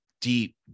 deep